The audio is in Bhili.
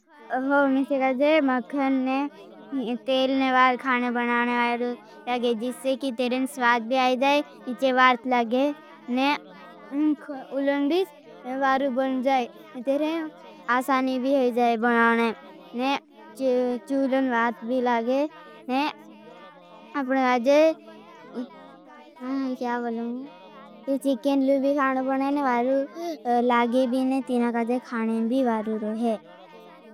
हाँ मैंने कहा जरहा मखन तेलने वार खाने बनाने वारू। लागे जिससे कि तेरें स्वाद भी आई जाए। चेवारत लागे ने उलन भीज वारू बन जाए। तेरें आसानी भी होई जाए बनाने ने। चूलन वार्त भी लागे ने अपने आजे या। क्या बलाओ ये चिकन लू भी खाने बनाने वारू लागे भी। ने तीना काजे खानें भी वारू रोहे।